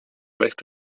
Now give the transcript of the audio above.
werd